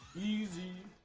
easy